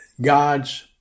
God's